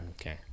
Okay